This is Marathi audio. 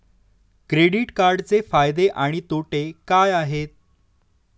क्रेडिट कार्डचे फायदे आणि तोटे काय आहेत?